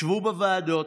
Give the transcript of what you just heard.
שבו בוועדות,